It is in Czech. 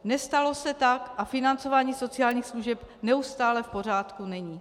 Nestalo se tak a financování sociálních služeb neustále v pořádku není.